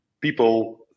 people